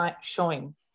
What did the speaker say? showing